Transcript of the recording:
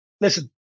listen